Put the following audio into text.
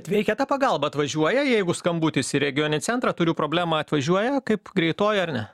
veikia ta pagalba atvažiuoja jeigu skambutis į regioninį centrą turiu problemą atvažiuoja kaip greitoji ar ne